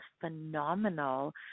phenomenal